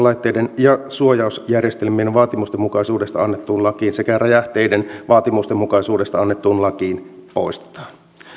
laitteiden ja suojausjärjestelmien vaatimustenmukaisuudesta annettuun lakiin sekä räjähteiden vaatimustenmukaisuudesta annettuun lakiin poistetaan